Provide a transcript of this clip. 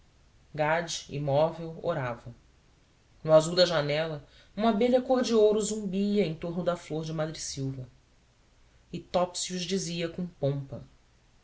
gade imóvel orava no azul da janela uma abelha cor de ouro zumbia em tomo da flor de madressilva e topsius dizia com pompa